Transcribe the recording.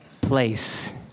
place